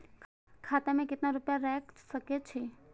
खाता में केतना रूपया रैख सके छी?